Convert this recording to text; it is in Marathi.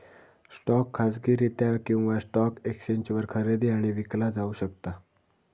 स्टॉक खाजगीरित्या किंवा स्टॉक एक्सचेंजवर खरेदी आणि विकला जाऊ शकता